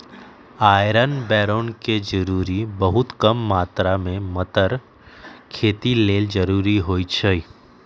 iron बैरौन के जरूरी बहुत कम मात्र में मतर खेती लेल जरूरी होइ छइ